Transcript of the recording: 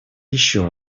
еще